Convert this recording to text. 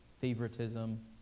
favoritism